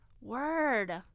Word